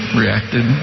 reacted